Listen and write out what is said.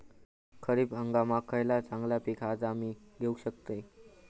खरीप हंगामाक खयला चांगला पीक हा जा मी घेऊ शकतय?